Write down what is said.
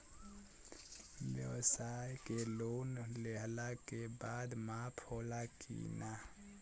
ब्यवसाय के लोन लेहला के बाद माफ़ होला की ना?